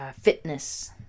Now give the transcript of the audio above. fitness